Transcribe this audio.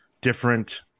different –